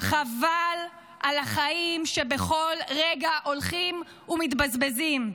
חבל על החיים שבכל רגע הולכים ומתבזבזים.